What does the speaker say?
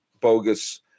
bogus